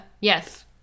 Yes